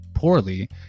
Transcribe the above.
poorly